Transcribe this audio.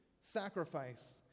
Sacrifice